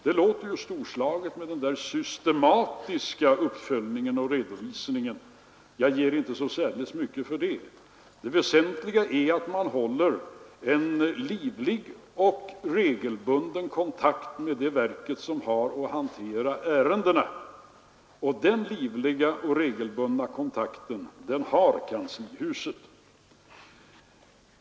Det låter ju storslaget med den där systematiska uppföljningen och redovisningen. Jag ger inte så särdeles mycket för den. Det väsentliga är att man håller en livlig och regelbunden kontakt med det verk som har att hantera ärendena, och den livliga och regelbundna kontakten har kanslihuset.